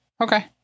okay